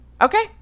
okay